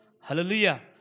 hallelujah